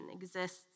exists